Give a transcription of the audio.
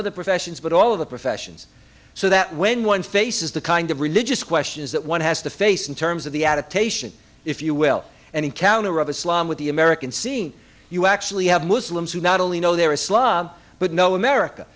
of the professions but all of the professions so that when one faces the kind of religious questions that one has to face in terms of the adaptation if you will and encounter of islam with the american scene you actually have muslims who not only know their islam but know america